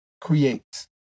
creates